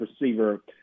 receiver